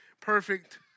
perfect